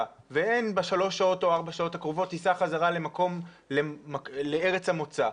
ואין בשלוש או ארבע השעות הקרובות טיסה חזרה לארץ המוצא,